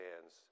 hands